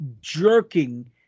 jerking